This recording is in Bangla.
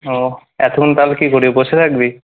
ওহ এতক্ষণ তাহলে কী করবি বসে থাকবি